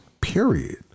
period